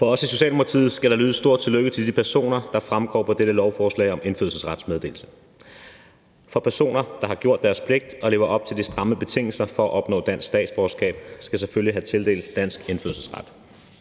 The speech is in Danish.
Fra os i Socialdemokratiet skal der lyde et stort tillykke til de personer, der fremgår af dette lovforslag om indfødsretsmeddelelse. For personer, der har gjort deres pligt og lever op til de stramme betingelser for at opnå dansk statsborgerskab, skal selvfølgelig have tildelt dansk indfødsret.